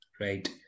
Right